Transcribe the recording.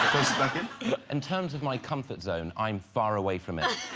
bucket in terms of my comfort zone i'm far away from it